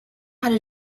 how